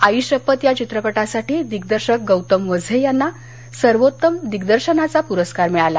आई शप्पथ या चित्रपटासाठी दिग्दर्शक गौतम वझे यांना सर्वोत्तम दिग्दर्शनाचा पुरस्कार मिळाला